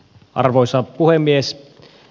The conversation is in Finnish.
arvoisa puhemies